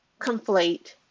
conflate